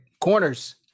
corners